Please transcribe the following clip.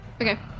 Okay